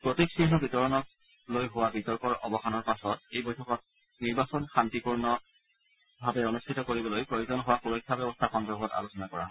প্ৰতীক চিহ্ন বিতৰণত হোৱা বিৰ্তকৰ অৱসান হোৱাৰ পাছত এই বৈঠকত নিৰ্বাচন শান্তিপূৰ্ণভাৱে অনুষ্ঠিত কৰিবলৈ প্ৰয়োজন হোৱা সুৰক্ষা ব্যৱস্থা সন্দৰ্ভত আলোচনা কৰা হয়